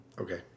Okay